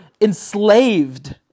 enslaved